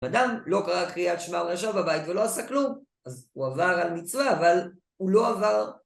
אם אדם לא קרא קריאת שמר ראשון בבית ולא עשה כלום אז הוא עבר על מצווה, אבל הוא לא עבר